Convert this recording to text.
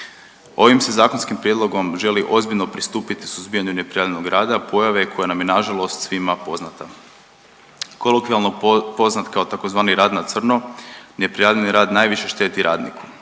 Ovim se zakonskim prijedlogom želi ozbiljno pristupiti suzbijanju neprijavljenog rada, pojave koja nam je nažalost svima poznata. Kolokvijalno poznat kao tzv. rad na crno, neprijavljeni rad najviše šteti radniku.